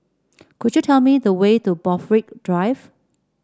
could you tell me the way to Borthwick Drive